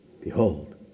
Behold